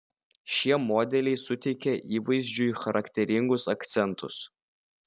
šie modeliai suteikia įvaizdžiui charakteringus akcentus